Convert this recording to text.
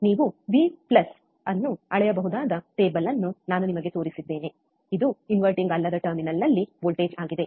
ನೀವು ವಿV ಅನ್ನು ಅಳೆಯಬಹುದಾದ ಟೇಬಲ್ ಅನ್ನು ನಾನು ನಿಮಗೆ ತೋರಿಸಿದ್ದೇನೆ ಇದು ಇನ್ವರ್ಟಿಂಗ್ ಅಲ್ಲದ ಟರ್ಮಿನಲ್ನಲ್ಲಿ ವೋಲ್ಟೇಜ್ ಆಗಿದೆ